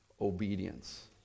obedience